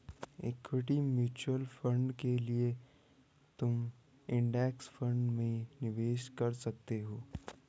equity mutual fund के लिए तुम इंडेक्स फंड में निवेश कर सकते हो